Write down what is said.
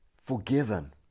Forgiven